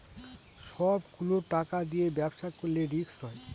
সব গুলো টাকা দিয়ে ব্যবসা করলে রিস্ক হয়